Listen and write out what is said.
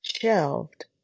shelved